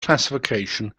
classification